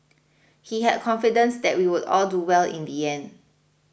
he had confidence that we would all do well in the end